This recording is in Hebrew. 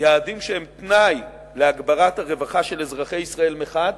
יעדים שהם תנאי להגברת הרווחה של אזרחי ישראל מחד